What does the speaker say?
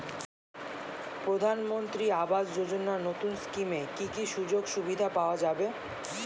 প্রধানমন্ত্রী আবাস যোজনা নতুন স্কিমে কি কি সুযোগ সুবিধা পাওয়া যাবে?